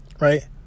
right